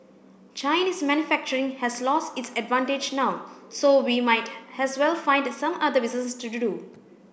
Chinese manufacturing has lost its advantage now so we might as well find some other business to do